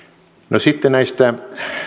no sitten näistä